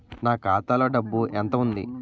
నా ఖాతాలో డబ్బు ఎంత ఉంది?